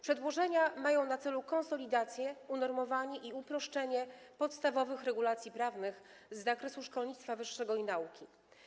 Przedłożenia mają na celu konsolidację, unormowanie i uproszczenie podstawowych regulacji prawnych z zakresu szkolnictwa wyższego i nauki.